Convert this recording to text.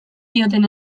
dioten